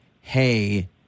hey